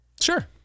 Sure